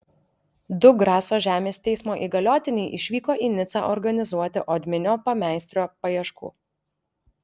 du graso žemės teismo įgaliotiniai išvyko į nicą organizuoti odminio pameistrio paieškų